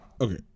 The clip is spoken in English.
Okay